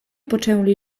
poczęli